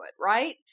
right